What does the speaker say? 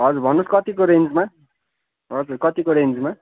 हजुर भन्नुहोस् कतिको रेञ्जमा हजुर कतिको रेञ्जमा